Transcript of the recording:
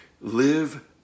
live